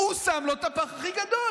הוא שם לו את הפח הכי גדול.